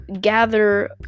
gather